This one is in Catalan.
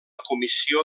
comissió